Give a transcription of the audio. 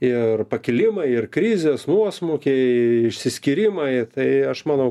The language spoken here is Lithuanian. ir pakilimai ir krizės nuosmukiai išsiskyrimai tai aš manau